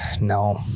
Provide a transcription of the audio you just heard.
No